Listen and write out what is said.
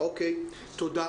תודה.